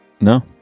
No